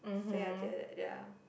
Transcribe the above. say until like that ya